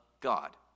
God